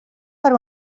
per